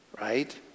right